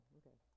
okay